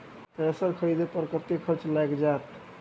Thresher खरीदे पर कतेक खर्च लाईग जाईत?